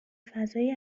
فضای